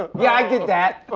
yeah, i did that. but